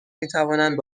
میتوانند